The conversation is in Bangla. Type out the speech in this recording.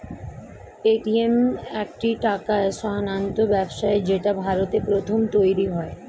পেটিএম একটি টাকা স্থানান্তর ব্যবস্থা যেটা ভারতে প্রথম তৈরী হয়